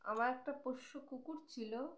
আমার একটা পোষ্য কুকুর ছিল